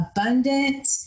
abundant